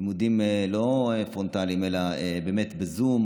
לימודים לא פרונטליים אלא בזום,